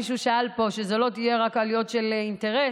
מישהו אמר פה: שזו לא תהיה רק עלייה של אינטרס.